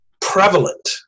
prevalent